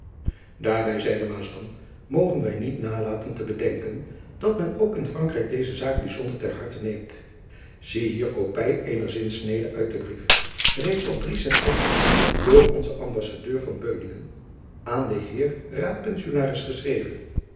daarby zeide maasdam mogen wy niet nalaten te bedenken dat men ook in frankrijk deze zaak byzonder ter harte neemt zie hier kopy eener zinsnede uit een brief reeds op drie eptember door onzen ambassadeur van beuningen aan den heer raadpensionaris geschreven